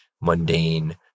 mundane